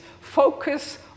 Focus